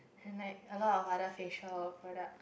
and like a lot of other facial product